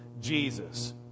jesus